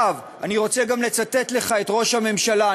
אני רוצה גם לצטט לך את ראש הממשלה.